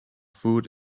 food